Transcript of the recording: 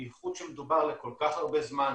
בייחוד כשמדובר על כל כך הרבה זמן,